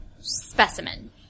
specimen